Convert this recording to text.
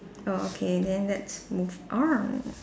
oh okay then let's move on